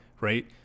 right